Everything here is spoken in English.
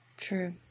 True